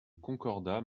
concordat